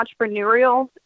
entrepreneurial